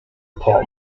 pump